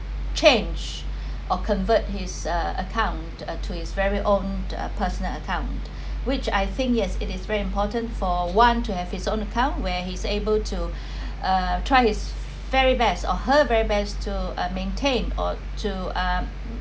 change or convert his uh account uh to his very own uh personal account which I think yes it is very important for one to have his own account where he's able to uh try his very best or her very best to uh maintain or to um